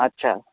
अच्छा